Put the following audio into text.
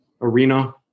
arena